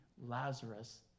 Lazarus